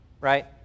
right